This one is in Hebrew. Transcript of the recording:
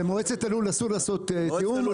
למועצת הלול אסור לעשות תיאום.